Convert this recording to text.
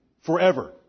forever